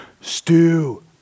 stew